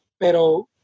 pero